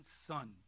son